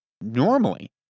normally